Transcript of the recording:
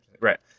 Right